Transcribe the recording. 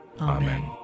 Amen